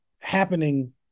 happening